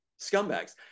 Scumbags